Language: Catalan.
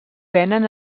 venen